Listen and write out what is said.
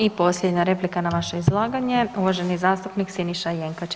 I posljednja replika na vaše izlaganje, uvaženi zastupnik Siniša Jenkač.